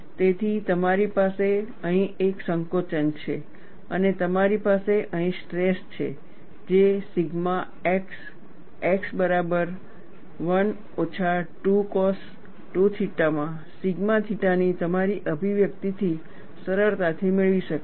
તેથી તમારી પાસે અહીં એક સંકોચન છે અને તમારી પાસે અહીં સ્ટ્રેસ છે જે સિગ્મા x x બરાબર 1 ઓછા 2 cos 2 થીટામાં સિગ્મા થીટાની તમારી અભિવ્યક્તિથી સરળતાથી મેળવી શકાય છે